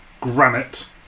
granite